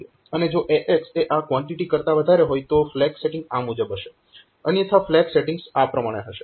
અને જો AX એ આ કવાન્ટીટી કરતા વધારે હોય તો ફ્લેગ સેટીંગ આ મુજબ હશે અન્યથા ફ્લેગ સેટીંગ્સ આ પ્રમાણે હશે